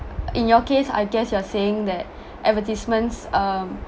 in your case I guess you're saying that advertisements um